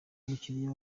umukiliya